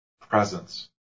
presence